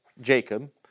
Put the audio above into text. Jacob